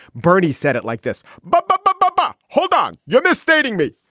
bernie said it like this. but bup, bup, bup, bup. hold on. you're misstating me.